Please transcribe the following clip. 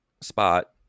spot